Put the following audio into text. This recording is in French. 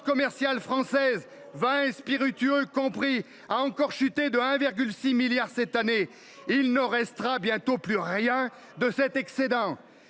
commerciale française, vins et spiritueux compris, a encore chuté de 1,6 milliard d’euros cette année. Il ne restera bientôt plus rien de cet excédent.